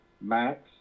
Max